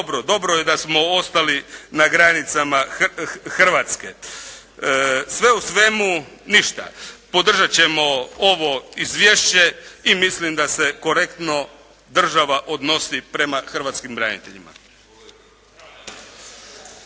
dobro je da smo ostali na granicama Hrvatske. Sve u svemu, podržat ćemo ovo izvješće i mislim da se korektno država odnosi prema hrvatskim braniteljima.